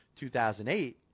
2008